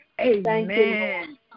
Amen